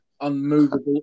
unmovable